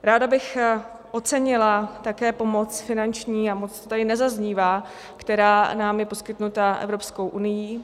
Ráda bych ocenila také pomoc finanční, a moc to tady nezaznívá, která nám je poskytnuta Evropskou unií.